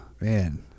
Man